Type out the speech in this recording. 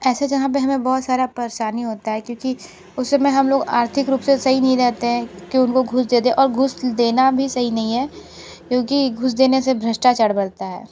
ऐसे जहाँ पे हमें बहुत सारा परेशानी होता है क्योंकि उस समय में हम लोग आर्थिक रूप से सही नहीं रहते हैं कि उनको घूस दे दे और घूस देना भी सही नहीं है क्योंकि घूस देने से भ्रष्टाचार बढ़ता है